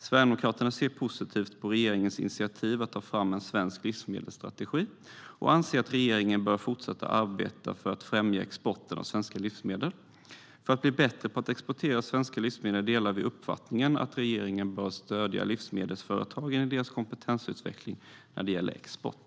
Sverigedemokraterna ser positivt på regeringens initiativ att ta fram en svensk livsmedelsstrategi och anser att regeringen bör fortsätta att arbeta för att främja exporten av svenska livsmedel. För att bli bättre på att exportera svenska livsmedel delar vi uppfattningen att regeringen bör stödja livsmedelsföretagen i deras kompetensutveckling när det gäller export.